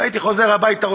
והייתי חוזר הביתה,